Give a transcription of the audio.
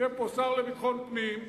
יושב פה השר לביטחון פנים,